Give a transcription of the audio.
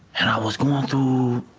and i was going through,